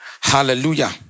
hallelujah